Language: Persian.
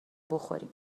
بخوریم